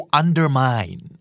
undermine